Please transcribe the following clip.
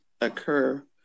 occur